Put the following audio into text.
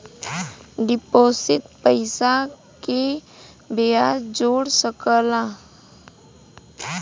deposit पइसा के बियाज जोड़ सकला